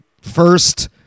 first